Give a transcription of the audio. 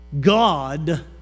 God